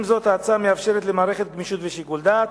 עם זאת, ההצעה מאפשרת למערכת גמישות ושיקול דעת.